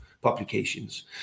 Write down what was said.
publications